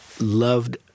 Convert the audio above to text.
loved